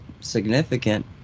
significant